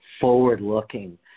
forward-looking